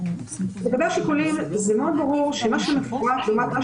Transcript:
לגבי השיקולים זה מאוד ברור שמה שמפורט לעומת מה